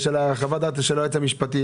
חוות דעת של היועץ המשפטי.